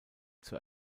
zur